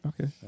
okay